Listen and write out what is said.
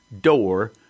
door